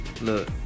look